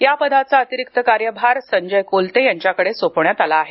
या पदाचा अतिरिक्त कार्यभार संजय कोलते यांच्याकडे सोपवण्यात आला आहे